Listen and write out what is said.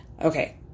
Okay